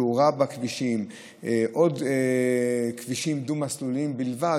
התאורה בכבישים וכבישים דו-מסלוליים בלבד,